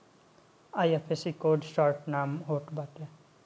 IFSC code के शुरूआती तीन अक्षर बैंक कअ शार्ट नाम होत बाटे